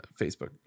Facebook